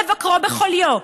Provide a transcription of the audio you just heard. לא לבקרו בחוליו,